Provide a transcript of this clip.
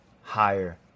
higher